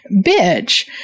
bitch